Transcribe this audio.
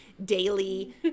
daily